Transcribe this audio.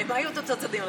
מה יהיו תוצאות הדיון?